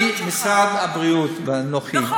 אני, משרד הבריאות ואנוכי, נכון.